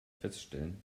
feststellen